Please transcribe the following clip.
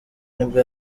nibwo